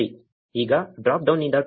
ಈಗ ಡ್ರಾಪ್ ಡೌನ್ನಿಂದ 2